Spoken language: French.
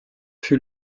fut